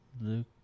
Luke